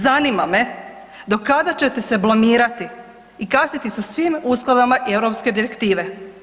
Zanima me do kada ćete se blamirati i kasniti sa svim uskladama europske direktive.